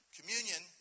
Communion